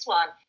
one